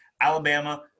Alabama